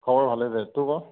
খবৰ ভালেই দে তোৰ ক